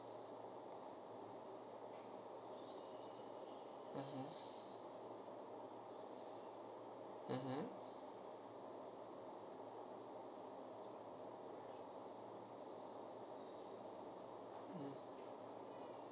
mmhmm mmhmm mm